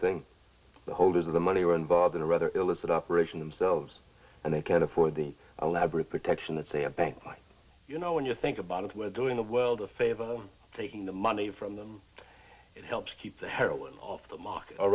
thing the holders of the money were involved in a rather illicit operation themselves and they can't afford the elaborate protection that say a bank you know when you think about it we're doing the world a favor taking the money from them it helps keep the heroin off the mark